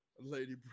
Lady